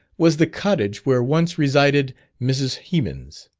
was the cottage where once resided mrs. hemans.